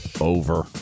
Over